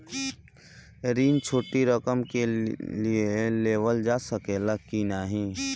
ऋण छोटी रकम के लिए लेवल जा सकेला की नाहीं?